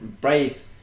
Brave